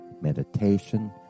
meditation